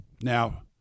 Now